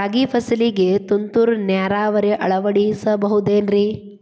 ರಾಗಿ ಫಸಲಿಗೆ ತುಂತುರು ನೇರಾವರಿ ಅಳವಡಿಸಬಹುದೇನ್ರಿ?